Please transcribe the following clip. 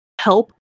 help